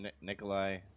Nikolai